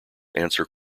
answer